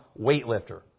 weightlifter